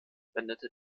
wendete